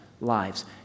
lives